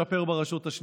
מה אפשר לעשות,